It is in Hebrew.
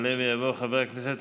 יעלה ויבוא חבר הכנסת